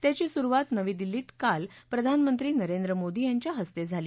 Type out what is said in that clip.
त्याचीं सुरुवात नवी दिल्लीत काल प्रधानमंत्री नरेंद्र मोदी यांच्या हस्ते झाली